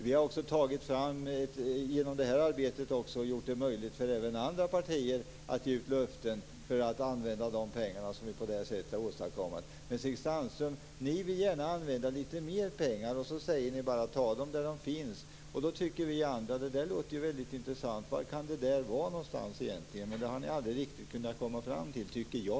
Vi har också genom det här arbetet gjort det möjligt för andra partier att ge ut löften om att använda de pengar som vi på det här sättet har åstadkommit. Ni, Stig Sandström, vill gärna använda litet mer pengar, men ni säger bara: Ta dem där de finns! Det tycker vi andra låter väldigt intressant. Var kan det vara någonstans? Men det har ni aldrig riktigt kunnat komma fram till, tycker jag.